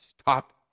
stop